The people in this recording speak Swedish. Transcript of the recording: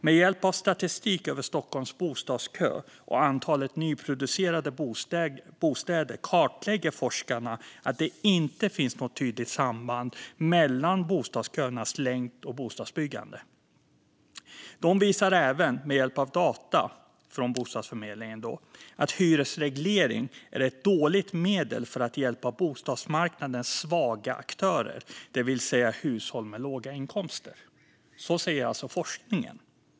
Med hjälp av statistik över Stockholms bostadskö och antalet nyproducerade bostäder har forskarna kartlagt att det inte finns något tydligt samband mellan bostadsköernas längd och bostadsbyggande. De visar även med hjälp av data från Bostadsförmedlingen att hyresreglering är ett dåligt medel för att hjälpa bostadsmarknadens svaga aktörer, det vill säga hushåll med låga inkomster. Det säger alltså forskningen.